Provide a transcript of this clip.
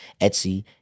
Etsy